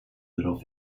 little